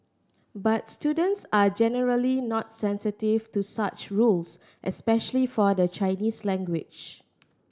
but students are generally not sensitive to such rules especially for the Chinese language